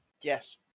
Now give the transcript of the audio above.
Yes